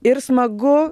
ir smagu